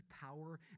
power